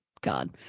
God